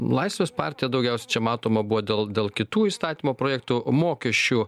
laisvės partija daugiausiai čia matoma buvo dėl dėl kitų įstatymo projektų mokesčių